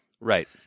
Right